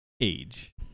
age